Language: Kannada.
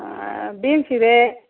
ಬೀನ್ಸ್ ಇದೆ